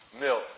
Milk